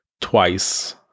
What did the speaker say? twice